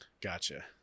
Gotcha